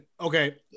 Okay